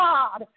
God